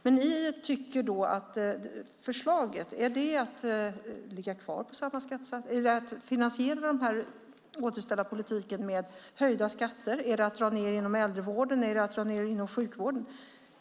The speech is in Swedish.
Är ert förslag då att ligga kvar på samma skattesats? Ska återställarpolitiken finansieras med höjda skatter? Ska ni dra ned inom äldrevården och sjukvården?